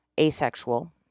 asexual